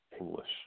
English